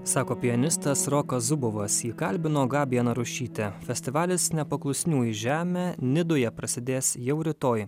sako pianistas rokas zubovas jį kalbino gabija narušytė festivalis nepaklusniųjų žemė nidoje prasidės jau rytoj